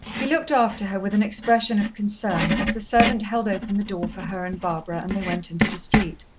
he looked after her with an expression of concern, as the servant held open the door for her and barbara and they went into the street.